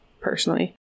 personally